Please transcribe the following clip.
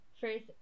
First